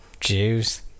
Jews